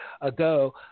ago